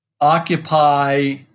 occupy